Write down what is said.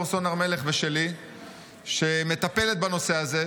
סון הר מלך ושלי שמטפלת בנושא הזה.